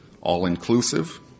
all-inclusive